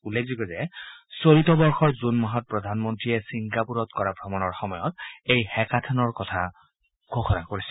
উল্লেখযোগ্য যে চলিত বৰ্ষৰ জুন মাহত প্ৰধানমন্ত্ৰীয়ে ছিংগাপূৰত কৰা ভ্ৰমণৰ সময়ত এই হেকাথনৰ কথা ঘোষণা কৰিছিল